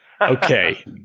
Okay